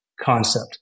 concept